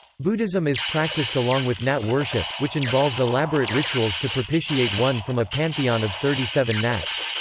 buddhism is practised along with nat worship, which involves elaborate rituals to propitiate one from a pantheon of thirty seven nats.